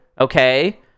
Okay